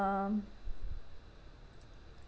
um